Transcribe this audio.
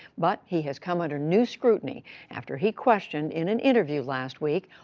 but he has come under new scrutiny after he questioned, in an interview last week,